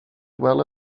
well